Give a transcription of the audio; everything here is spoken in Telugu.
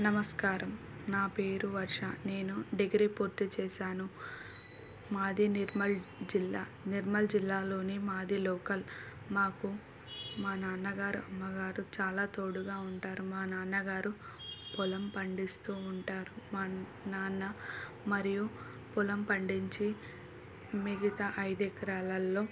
నమస్కారం నా పేరు వర్ష నేను డిగ్రీ పూర్తి చేశాను మాది నిర్మల్ జిల్లా నిర్మల్ జిల్లాలోని మాది లోకల్ మాకు మా నాన్నగారు అమ్మగారు చాలా తోడుగా ఉంటారు మా నాన్నగారు పొలం పండిస్తూ ఉంటారు మా నాన్న మరియు పొలం పండించి మిగతా ఐదెకరాలల్లో